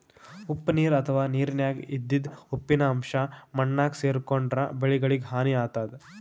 ಉಪ್ಪ್ ನೀರ್ ಅಥವಾ ನೀರಿನ್ಯಾಗ ಇದ್ದಿದ್ ಉಪ್ಪಿನ್ ಅಂಶಾ ಮಣ್ಣಾಗ್ ಸೇರ್ಕೊಂಡ್ರ್ ಬೆಳಿಗಳಿಗ್ ಹಾನಿ ಆತದ್